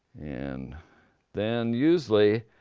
and then usually,